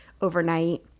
overnight